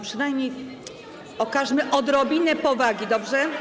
Przynajmniej okażmy odrobinę powagi, dobrze?